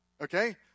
Okay